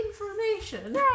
information